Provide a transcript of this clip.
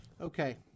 Okay